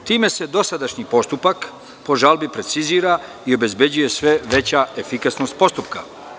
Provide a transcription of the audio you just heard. Time se dosadašnji postupak po žalbi precizira i obezbeđuje sve veća efikasnost postupka.